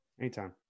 Anytime